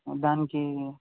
దానికి